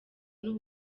n’u